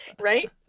Right